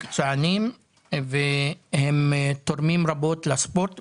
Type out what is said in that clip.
מקצוענים והם תורמים רבות לספורט,